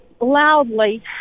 loudly